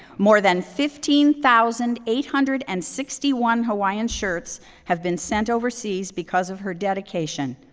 more than fifteen thousand eight hundred and sixty one hawaiian shirts have been sent overseas because of her dedication.